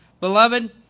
Beloved